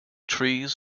trees